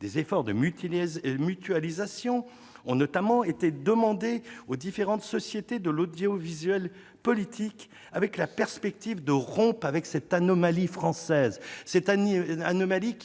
Des efforts de mutualisation ont notamment été demandés aux différentes sociétés de l'audiovisuel public, dans la perspective de rompre avec cette anomalie française qui